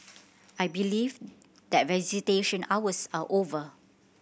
I believe that visitation hours are over